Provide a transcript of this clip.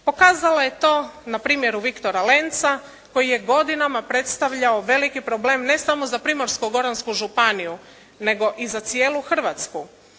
Pokazala je to na primjeru "Viktora Lenca" koji je godinama predstavljao veliki problem ne samo za Primorsko-goransku županiju nego i za cijelu Hrvatsku.